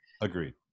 Agreed